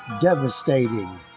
devastating